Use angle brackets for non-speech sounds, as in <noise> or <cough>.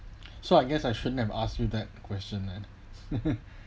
so I guess I shouldn't have asked you that question then <laughs>